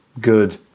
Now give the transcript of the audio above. good